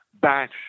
batch